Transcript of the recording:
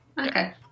Okay